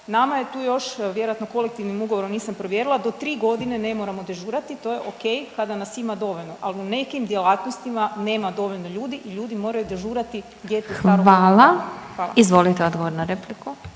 Nama je tu još vjerojatno kolektivnom ugovorom, nisam provjerila do 3 godine ne moramo dežurati, to je ok kada nas ima dovoljno, ali u nekim djelatnostima nema dovoljno ljudi i ljudi moraju dežurati …/Govornici govore istovremeno ne razumije